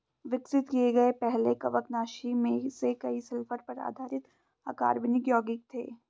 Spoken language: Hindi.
विकसित किए गए पहले कवकनाशी में से कई सल्फर पर आधारित अकार्बनिक यौगिक थे